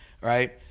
right